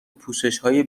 پوششهای